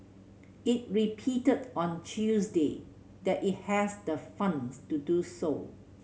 it repeated on Tuesday that it has the funds to do so